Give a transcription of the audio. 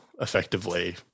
effectively